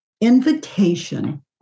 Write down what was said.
invitation